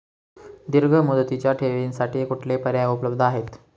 दीर्घ मुदतीच्या ठेवींसाठी कुठले पर्याय उपलब्ध आहेत?